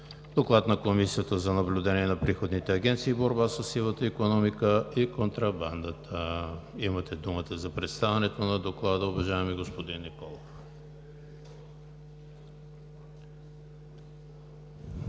Доклад на Комисията за наблюдение на приходните агенции и борба със сивата икономика и контрабандата. Имате думата за представяне на Доклада, уважаеми господин Николов.